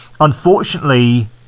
unfortunately